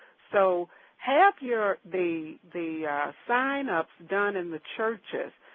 so have your the the sign-up done in the churches.